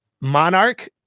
Monarch